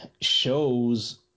shows